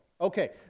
Okay